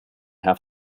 half